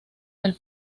del